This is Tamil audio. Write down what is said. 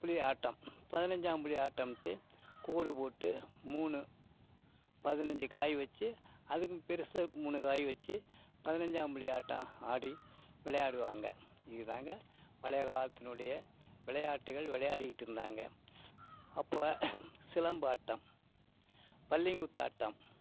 புள்ளி ஆட்டம் பதினஞ்சாம் புள்ளி ஆட்டம்ன்ட்டு கோடு போட்டு மூணு பதினஞ்சு காய் வச்சு அதுக்கும் பெருசாக மூணு காய் வச்சு பதினஞ்சாம் புள்ளி ஆட்டம் ஆடி விளையாடுவாங்க இதுதாங்க பழைய காலத்தினுடைய விளையாட்டுகள் விளையாடிக்கிட்டு இருந்தாங்க அப்போ சிலம்பாட்டம் பள்ளிங்குத்து ஆட்டம்